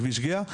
כביש גהה,